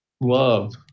love